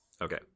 Okay